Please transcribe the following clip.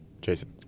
Jason